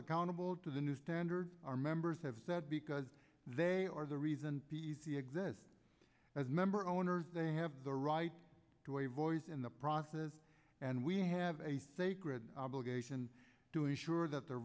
accountable to the new standards our members have said because they are the reason p c exist as member owners they have the right to a voice in the process and we have a sacred obligation to ensure that their